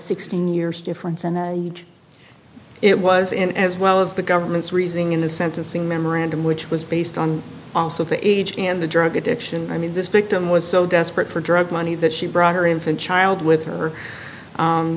sixteen years difference in a huge it was in as well as the government's reasoning in the sentencing memorandum which was based on also the age and the drug addiction i mean this victim was so desperate for drug money that she brought her infant child with her